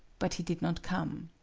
but he did not come.